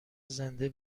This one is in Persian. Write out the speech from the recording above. زنده